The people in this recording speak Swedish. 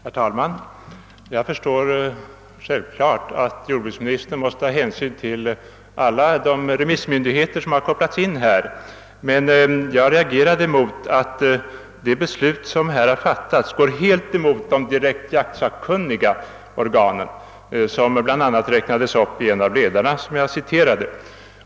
Herr talman! Jag förstår självfallet att jordbruksministern måste ta hänsyn till alla de remissmyndigheter som har kopplats in. Men jag reagerade emot att det beslut som här har fattats går helt emot de direkt jaktsakkunniga organen, vilka bl.a. räknades upp i en av de ledare som jag citerade.